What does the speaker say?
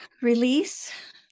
release